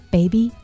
Baby